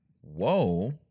Whoa